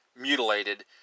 mutilated